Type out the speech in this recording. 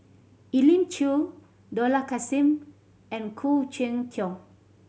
Elim Chew Dollah Kassim and Khoo Cheng Tiong